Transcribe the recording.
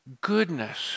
goodness